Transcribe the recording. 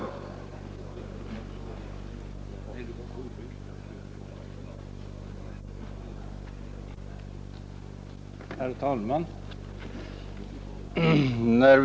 I detta anförande instämde herr Nilsson i Agnäs .